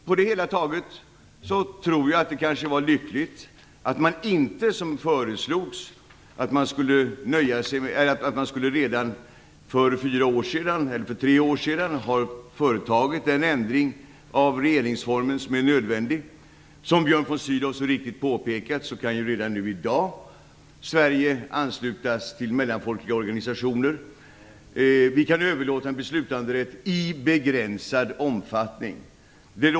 På det hela taget tror jag att det kanske var lyckligt att man inte, som föreslogs för tre år sedan, skulle ha företagit den ändring av regeringsformen som är nödvändig. Som Björn von Sydow så riktigt påpekat kan Sverige redan i dag anslutas till mellanfolkliga organisationer. Vi kan överlåta beslutanderätt i begränsad omfattning.